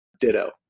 ditto